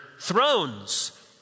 thrones